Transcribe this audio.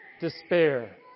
despair